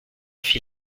fit